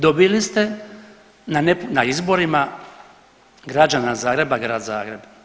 Dobili ste na izborima građana Zagreba, Grad Zagreb.